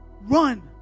run